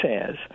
says